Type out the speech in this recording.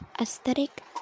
aesthetic